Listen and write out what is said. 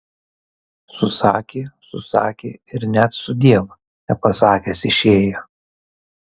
susakė susakė ir net sudiev nepasakęs išėjo